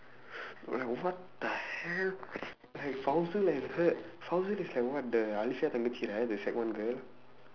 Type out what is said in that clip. like what the hell like and her is like what the than the kid right the sec one girl